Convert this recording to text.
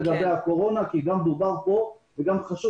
לגבי הקורונה כי זה הוזכר פה וגם חשוב